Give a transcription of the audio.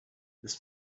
this